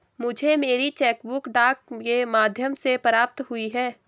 मुझे मेरी cheque book डाक के माध्यम से प्राप्त हुई है